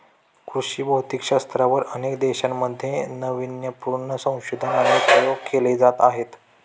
कृषी भौतिकशास्त्रावर अनेक देशांमध्ये नावीन्यपूर्ण संशोधन आणि प्रयोग केले जात आहेत